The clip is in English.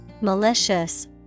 malicious